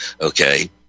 okay